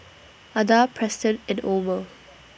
Ada Preston and Omer